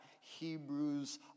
Hebrews